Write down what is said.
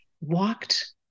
walked